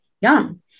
young